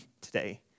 today